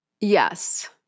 yes